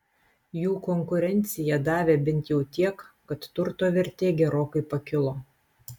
jų konkurencija davė bent jau tiek kad turto vertė gerokai pakilo